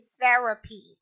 therapy